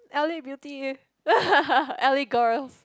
l_a Beauty l_a Girls